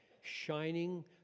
shining